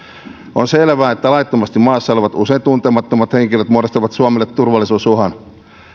on selvää että laittomasti maassa olevat usein tuntemattomat henkilöt muodostavat suomelle turvallisuusuhan